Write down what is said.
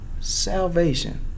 salvation